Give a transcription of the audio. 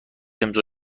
امضا